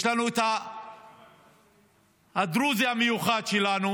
יש לנו את הדרוזי המיוחד שלנו,